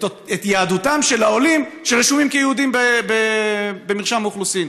את יהדותם של העולים שרשומים כיהודים במרשם האוכלוסין.